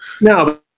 No